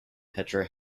petra